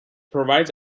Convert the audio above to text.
provides